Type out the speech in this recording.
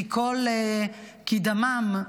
כי דמם,